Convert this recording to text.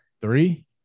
three